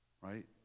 right